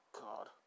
God